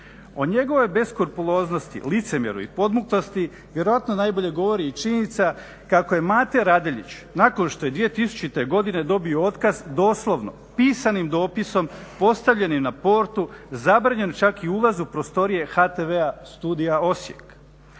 O njegovoj beskrupuloznosti, licemjerju i podmuklosti vjerojatno najbolje govori i činjenica kako je Mate Radeljić nakon što je 2000. godine dobio otkaz doslovno pisanim dopisom postavljenim na portu zabranjen čak i ulaz u prostorije HTV-a studija Osijek.